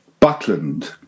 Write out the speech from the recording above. Butland